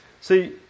See